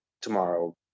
tomorrow